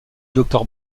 docteur